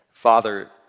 Father